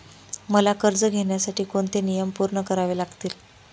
मला कर्ज घेण्यासाठी कोणते नियम पूर्ण करावे लागतील?